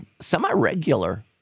semi-regular